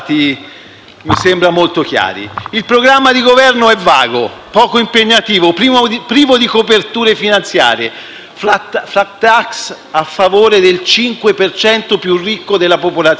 Il programma di Governo è vago, poco impegnativo, privo di coperture finanziarie: *flat tax* a favore del 5 per cento più ricco della popolazione,